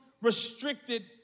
restricted